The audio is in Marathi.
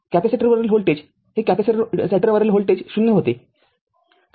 कॅपेसिटर वरील व्होल्टेज येथे कॅपेसिटर वरील व्होल्टेज ० होते